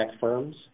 firms